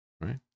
right